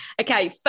Okay